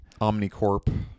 Omnicorp